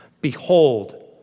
Behold